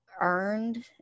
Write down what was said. earned